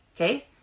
Okay